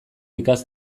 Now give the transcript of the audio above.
ikas